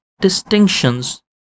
distinctions